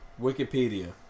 Wikipedia